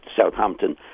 Southampton